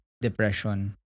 depression